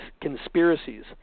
conspiracies